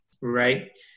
right